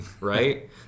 right